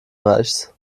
reichs